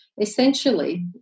Essentially